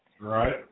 Right